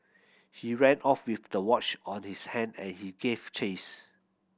he ran off with the watch on his hand and he gave chase